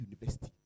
university